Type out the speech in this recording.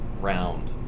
round